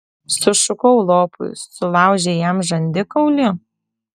sušukau lopui sulaužei jam žandikaulį